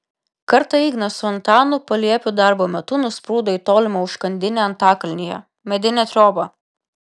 kartą ignas su antanu paliepiu darbo metu nusprūdo į tolimą užkandinę antakalnyje medinę triobą